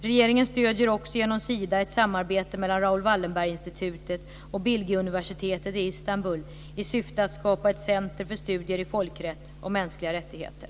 Regeringen stöder också genom Sida ett samarbete mellan Raoul Wallenberg-institutet och Bilgiuniversitetet i Istanbul i syfte att skapa ett centrum för studier i folkrätt och mänskliga rättigheter.